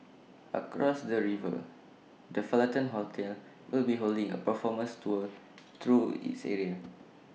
across the river the Fullerton hotel will be holding A performance tour through its area